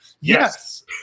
Yes